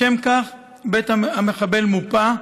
לשם כך בית המחבל מופה,